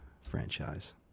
franchise